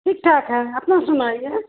ठीक ठाक है अपना सुनाइए